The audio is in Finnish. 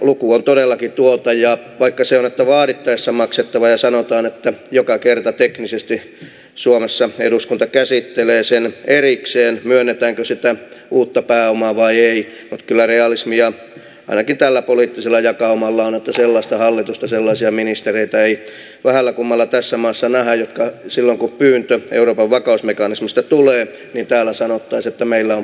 luku on todellakin tuo ja vaikka se on vaadittaessa maksettava ja sanotaan että joka kerta teknisesti suomessa eduskunta käsittelee sen erikseen myönnetäänkö sitä uutta pääomaa vai ei kyllä realismia ainakin tällä poliittisella jakaumalla on että sellaista hallitusta sellaisia ministereitä ei vähällä kummalla tässä maassa nähdä että silloin kun pyyntö euroopan vakausmekanismista tulee täällä sanottaisiin että meillä on piikki nyt kiinni